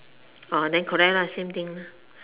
then correct lah same thing lah